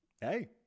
Hey